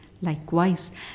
Likewise